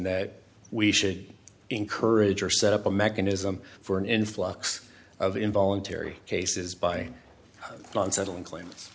that we should encourage or set up a mechanism for an influx of involuntary cases by non settling claims